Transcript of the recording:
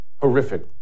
Horrific